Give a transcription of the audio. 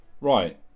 Right